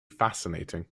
fascinating